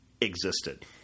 existed